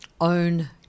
own